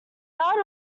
yard